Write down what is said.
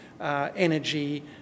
energy